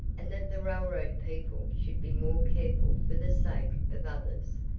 and that the railroad people should be more careful for the sake of others.